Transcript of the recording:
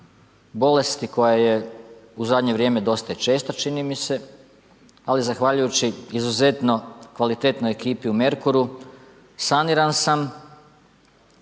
Bolesti koja je u zadnje vrijeme dosta i česta, čini mi se. Ali zahvaljujući izuzetno kvalitetnoj ekipi u Merkuru saniran sam